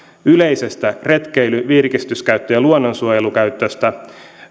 yleisestä retkeily virkistys ja luonnonsuojelukäytöstä